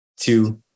Two